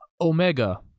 Omega